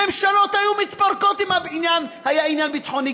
ממשלות היו מתפרקות אם העניין היה עניין ביטחוני,